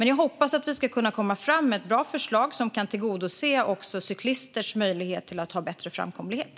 Men jag hoppas att vi ska kunna komma med ett bra förslag som också kan tillgodose cyklisters möjlighet till bättre framkomlighet.